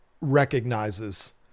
recognizes